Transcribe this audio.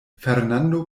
fernando